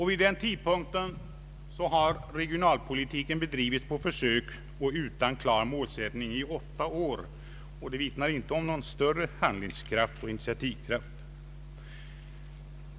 Vid den tidpunkten har regionalpolitiken bedrivits på försök och utan klar målsättning i åtta år, och det vittnar inte om någon större handlingsoch initiativkraft hos regeringen.